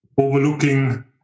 overlooking